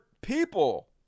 people